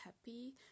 happy